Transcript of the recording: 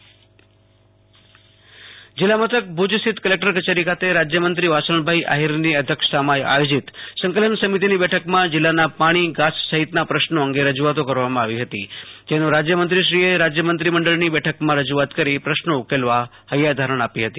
આશતોષ અંતાણી કચ્છઃ સંકલન સમિતિ બેઠક જિલ્લા મથક ભુજ સ્થિત કલેકટર કચેરી ખાતે રાજ્યમંત્રી વાસણભાઈ આહિરની અધ્યક્ષતામાં આયોજીત સંકલન સમિતિની બેઠકમાં જિલ્લાના પાણી ઘાસ સહીતના પ્રશ્નો અંગે રજૂઆતો કરવામાં આવી હતી જેમાં રાજ્યમંત્રીશ્રીએ રાજ્ય મંત્રીમંડળની બેઠકમાં રજૂઆત કરી પ્રશ્નો ઉકેલવા હેયાધારણા આપી હતી